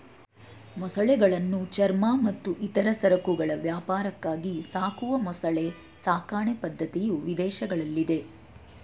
ಮೊಸಳೆಗಳನ್ನು ಚರ್ಮ ಮತ್ತು ಇತರ ಸರಕುಗಳ ವ್ಯಾಪಾರಕ್ಕಾಗಿ ಸಾಕುವ ಮೊಸಳೆ ಸಾಕಣೆ ಪದ್ಧತಿಯು ವಿದೇಶಗಳಲ್ಲಿದೆ